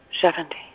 Seventy